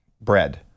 bread